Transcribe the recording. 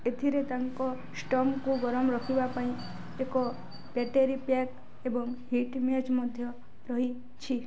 ଏଥିରେ ତାଙ୍କ ଷ୍ଟମ୍ପକୁ ଗରମ ରଖିବା ପାଇଁ ଏକ ବ୍ୟାଟେରୀ ପ୍ୟାକ୍ ଏବଂ ହିଟ୍ ମ୍ୟାଚ୍ ମଧ୍ୟ ରହିଛି